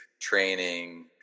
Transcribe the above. training